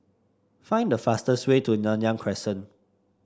find the fastest way to Nanyang Crescent